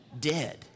dead